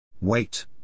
Wait